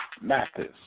Mathis